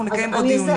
אנחנו נקיים עוד דיונים.